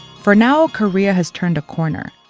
for now, korea has turned a corner,